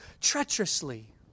treacherously